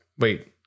Wait